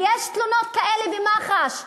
ויש תלונות כאלה במח"ש,